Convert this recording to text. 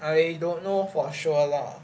I don't know for sure lah